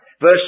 Verse